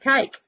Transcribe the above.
cake